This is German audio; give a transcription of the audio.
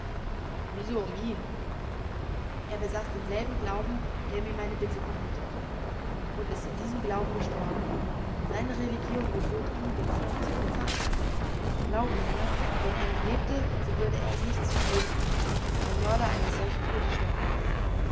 wieso um ihn er besaß denselben glauben der mir meine bitte gebietet und ist in diesem glauben gestorben seine religion gebot ihm dem feinde zu verzeihen glaube mir wenn er noch lebte so würde er es nicht zugeben daß sein mörder eines solchen todes sterbe